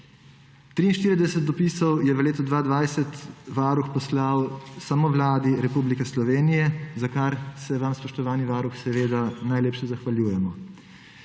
43 dopisov je v letu 2020 Varuh poslal samo Vladi Republike Slovenije, za kar se vam, spoštovani varuh, seveda najlepše zahvaljujemo.